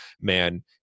man